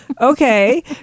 Okay